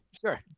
sure